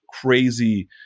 crazy